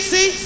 See